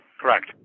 Correct